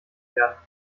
werden